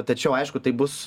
tačiau aišku tai bus